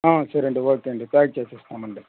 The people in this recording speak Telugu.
సరే అండి ఓకే అండి ప్యాక్ చేసి ఇస్తాం అండి